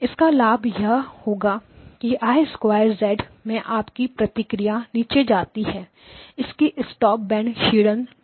इसका लाभ यह होगा कि I 2 में आपकी प्रतिक्रिया नीचे जाती है इसकी स्टॉप बैंड क्षीणन क्या होगी